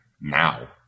now